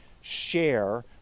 share